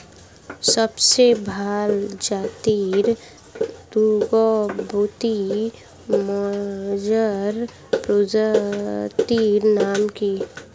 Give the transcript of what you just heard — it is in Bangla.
সবচেয়ে ভাল জাতের দুগ্ধবতী মোষের প্রজাতির নাম কি?